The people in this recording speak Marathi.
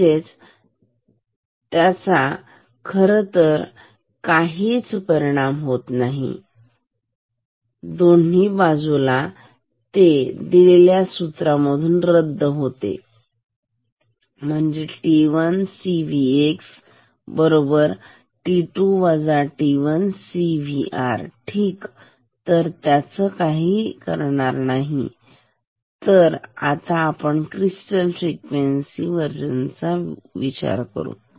म्हणजेच तिचा खरं तर काहीच परिणाम होत नाही तिचा काहीच परिणाम नाही दोन्ही बाजूला तो ह्या दिलेल्या सुत्रा मधून रद्द होतो आहे t 1 C V x C V r ठीक तर त्याचा काही करणार नाही तर आता आपण क्रिस्टल फ्रिक्वेन्सी हा विचार करू